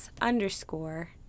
underscore